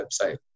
website